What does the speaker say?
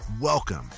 Welcome